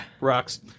rocks